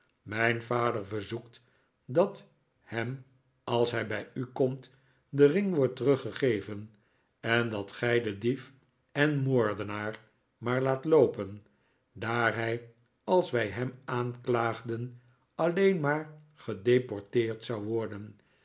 mijn vader verzoekt dat hem als hij bij u komt de ring wprdt teruggegeven en dat gij den dief en moordenaar maar laat loopen daar hij als wij hem aanklaagden alleen maar gedeporteerd zou worden